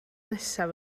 nesaf